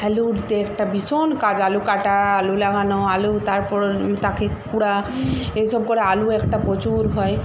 আলুরতে একটা ভীষণ কাজ আলু কাটা আলু লাগানো আলু তারপর তাকে কুড়া এই সব করে আলু একটা প্রচুর হয়